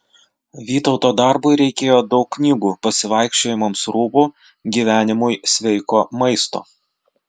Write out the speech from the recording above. vytauto darbui reikėjo daug knygų pasivaikščiojimams rūbų gyvenimui sveiko maisto